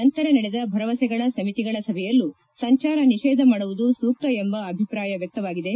ನಂತರ ನಡೆದ ಭರವಸೆಗಳ ಸಮಿತಿಗಳ ಸಭೆಯಲ್ಲೂ ಸಂಚಾರ ನಿಷೇಧ ಮಾಡುವುದು ಸೂಕ್ತ ಎಂಬ ಅಭಿಪ್ರಾಯ ವ್ಯಕ್ತವಾಗಿದೆ